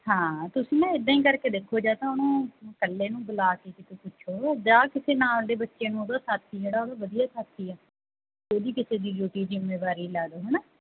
ਹਾਂ ਤੁਸੀਂ ਨਾ ਇੱਦਾਂ ਹੀ ਕਰਕੇ ਦੇਖੋ ਜਾਂ ਤਾਂ ਉਹਨੂੰ ਇਕੱਲੇ ਨੂੰ ਬੁਲਾ ਕੇ ਤੁਸੀਂ ਪੁੱਛੋ ਜਾਂ ਕਿਸੇ ਨਾਲ ਦੇ ਬੱਚੇ ਨੂੰ ਉਹਦਾ ਸਾਥੀ ਜਿਹੜਾ ਉਹਦਾ ਵਧੀਆ ਸਾਥੀ ਆ ਉਹਦੀ ਕਿਸੇ ਦੀ ਡਿਊਟੀ ਜ਼ਿੰਮੇਵਾਰੀ ਲਾ ਦਿਓ ਹੈ ਨਾ